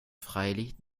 freilich